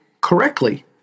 correctly